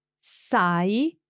sai